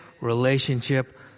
relationship